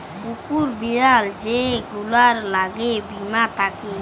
কুকুর, বিড়াল যে গুলার ল্যাগে বীমা থ্যাকে